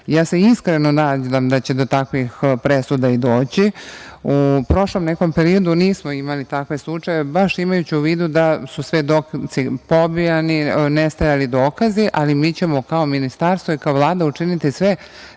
temom. Iskreno se nadam da će do takvih presuda i doći. U prošlom nekom periodu nismo imali takve slučajeve, baš imajući u vidu da su svedoci pobijeni, nestajali dokazi, ali mi ćemo kao Ministarstvo i kao Vlada učiniti sve